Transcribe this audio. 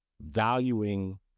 valuing